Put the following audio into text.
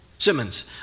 Simmons